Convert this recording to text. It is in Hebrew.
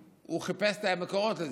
הוא חיפש את המקורות לזה.